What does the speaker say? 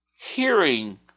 hearing